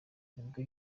nibwo